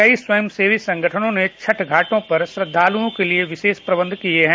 कई स्वयं सेवी संगठनों ने छठ घाटों पर श्रद्धालुओं के लिए विशेष प्रबन्ध किये हैं